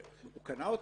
הוא קנה אותן.